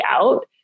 out